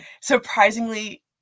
surprisingly